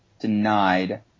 denied